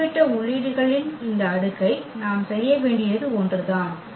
மூலைவிட்ட உள்ளீடுகளின் இந்த அடுக்கை நாம் செய்ய வேண்டியது ஒன்றுதான்